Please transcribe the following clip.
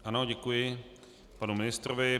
Ano, děkuji panu ministrovi.